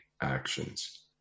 actions